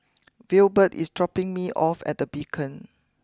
Wilbert is dropping me off at the Beacon